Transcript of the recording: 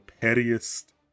pettiest